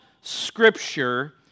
scripture